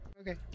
Okay